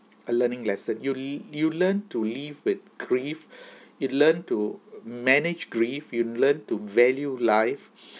a learning lesson you l~ you learn to live with grief you learn to manage grief you learn to value life